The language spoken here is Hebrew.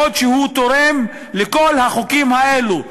בעוד הוא תורם לכל החוקים האלה.